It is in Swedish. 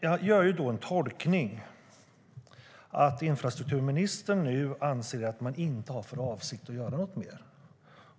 Jag gör tolkningen att infrastrukturministern nu inte avser att göra något mer.